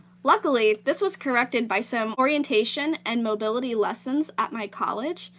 luckily, this was corrected by some orientation and mobility lessons at my college.